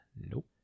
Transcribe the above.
Nope